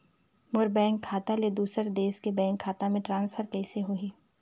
मोर bank खाता ले दुसर देश के बैंक खाता मे ट्रांसफर कइसे होही?